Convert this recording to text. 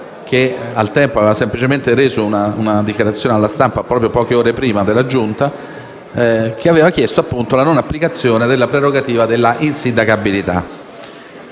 che al tempo aveva semplicemente reso una dichiarazione alla stampa proprio poche ore prima della seduta della Giunta, il quale aveva chiesto la non applicazione della prerogativa dell'insindacabilità.